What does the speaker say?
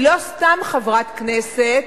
היא לא סתם חברת כנסת,